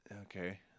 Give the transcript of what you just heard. Okay